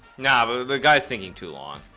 nah but the guy's thinking too long